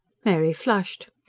mary flushed.